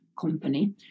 company